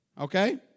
okay